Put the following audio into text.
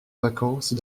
vacances